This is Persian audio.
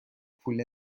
پول